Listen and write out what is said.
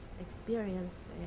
experience